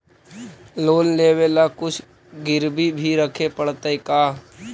Loan लेबे ल कुछ गिरबी भी रखे पड़तै का?